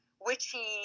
witchy